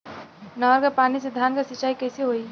नहर क पानी से धान क सिंचाई कईसे होई?